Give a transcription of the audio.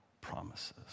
promises